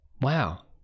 Wow